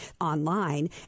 online